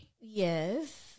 yes